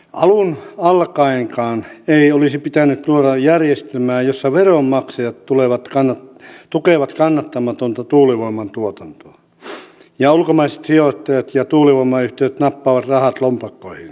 alun alkaenkaan ei olisi pitänyt luoda järjestelmää jossa veronmaksajat tukevat kannattamatonta tuulivoiman tuotantoa ja ulkomaiset sijoittajat ja tuulivoimayhtiöt nappaavat rahat lompakkoihinsa